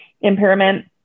impairment